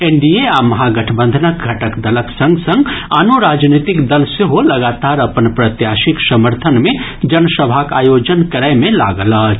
NDA आ महागठबंधनक घटक दलक संग संग आनो राजनीतिक दल सेहो लगातार अपन प्रत्याशीक समर्थन मे जनसभाक आयोजन करय मे लागल अछि